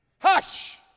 hush